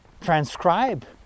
transcribe